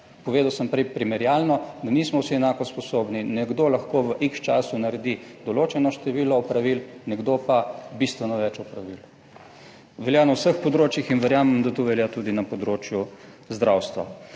Povedal sem prej primerjalno, da nismo vsi enako sposobni, nekdo lahko v X času naredi določeno število opravil, nekdo pa bistveno več opravil. Velja na vseh področjih in verjamem, da to velja tudi na področju zdravstva.